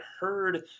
heard